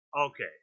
Okay